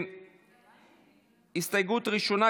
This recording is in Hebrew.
הסתייגות ראשונה,